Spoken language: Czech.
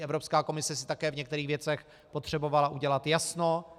Evropská komise si také v některých věcech potřebovala udělat jasno.